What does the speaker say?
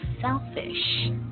selfish